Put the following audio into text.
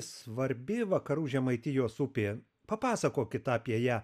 svarbi vakarų žemaitijos upė papasakokit apie ją